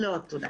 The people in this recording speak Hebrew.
לא, תודה.